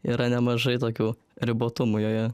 yra nemažai tokių ribotumų joje